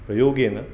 प्रयोगेन